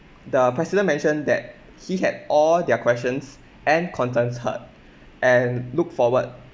the president mentioned that he had all their questions and contents heard and look forward